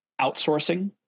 outsourcing